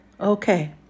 Okay